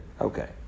Okay